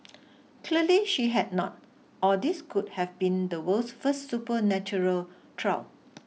clearly she had not or this could have been the world's first supernatural trial